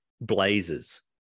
blazers